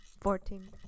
fourteen